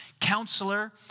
Counselor